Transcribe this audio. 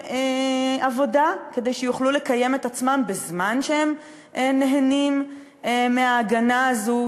עבודה כדי שיוכלו לקיים את עצמם בזמן שהם נהנים מההגנה הזאת,